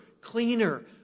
cleaner